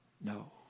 no